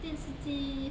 电视机